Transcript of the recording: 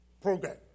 program